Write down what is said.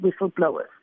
whistleblowers